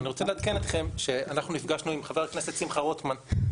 אבל אני רוצה לעדכן אתכם שאנחנו נפגשנו עם חבר הכנסת שמחה רוטמן,